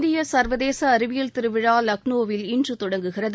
இந்திய சர்வதேச அறிவியல் திருவிழா லக்னோவில் இன்று தொடங்குகிறது